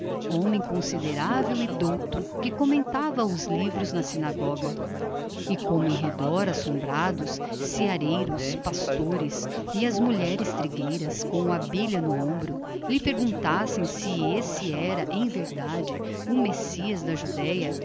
homem considerável e douto que comentava os livros na sinagoga e como em redor assombrados seareiros pastores e as mulheres trigueiras com a bilha no ombro lhe perguntassem se esse era em verdade o messias da judeia